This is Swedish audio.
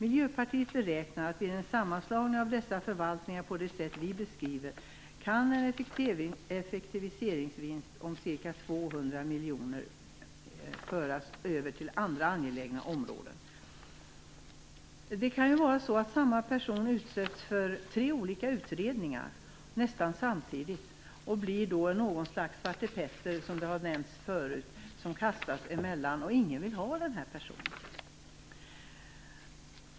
Miljöpartiet beräknar att vid en sammanslagning av dessa förvaltningar på det sätt som vi beskriver kan en effektiviseringsvinst om ca 200 miljoner föras över till andra angelägna områden. Samma person kan utsättas för tre olika utredningar nästan samtidigt, och bli något slags Svarte Petter, som tidigare har nämnts, som kastas fram och tillbaka utan att någon vill ha med personen att göra.